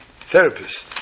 therapist